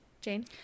Jane